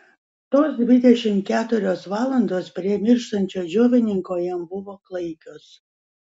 tos dvidešimt keturios valandos prie mirštančio džiovininko jam buvo klaikios